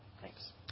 Thanks